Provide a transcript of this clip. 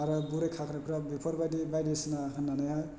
आरो बुरै खाख्रेब ख्रेब बेफोरबायदि बायदिसिना होन्नानैहाय